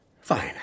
Fine